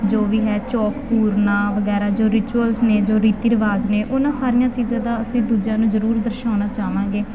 ਜੋ ਵੀ ਹੈ ਚੋਕ ਪੂਰਨਾ ਵਗੈਰਾ ਜੋ ਰਿਚੁਅਲਸ ਨੇ ਜੋ ਰੀਤੀ ਰਿਵਾਜ਼ ਨੇ ਉਹਨਾਂ ਸਾਰੀਆਂ ਚੀਜ਼ਾਂ ਦਾ ਅਸੀਂ ਦੂਜਿਆਂ ਨੂੰ ਜ਼ਰੂਰ ਦਰਸਾਉਣਾ ਚਾਹਵਾਂਗੇ